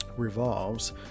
revolves